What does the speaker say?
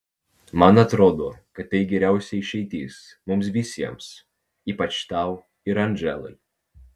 man atrodo kad tai geriausia išeitis mums visiems ypač tau ir andželai